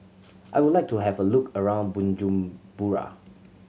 I would like to have a look around Bujumbura